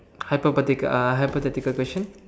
hypothetical uh hypothetical question